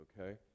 Okay